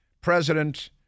President